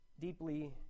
deeply